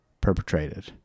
perpetrated